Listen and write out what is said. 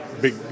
big